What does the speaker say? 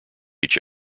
each